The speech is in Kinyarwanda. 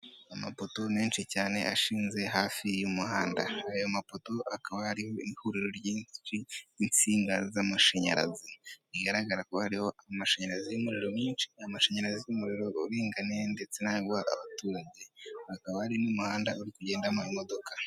Amapoto menshi cyane ashinze hafi y'umuhanda, ayo mapoto akaba ari ihuriro ry'insinga z'amashanyarazi. Bigaragara ko hariho amashanyarazi y'umuriro mwinshi, amashanyarazi umuriro uringaniye ndetse n'ayo guha abaturage. Hakaba hari n'umuhanda uri kugendamo imodoka.